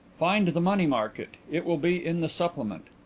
find the money market it will be in the supplement.